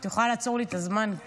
את יכולה לעצור לי את הזמן?